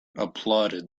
applauded